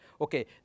Okay